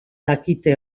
dakite